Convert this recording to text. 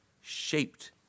shaped